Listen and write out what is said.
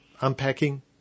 unpacking